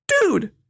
Dude